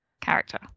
character